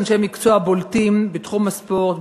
אנשי מקצוע בולטים בתחום הספורט,